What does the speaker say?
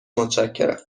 متشکرم